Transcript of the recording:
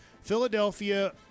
Philadelphia